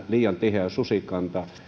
liian tiheä susikanta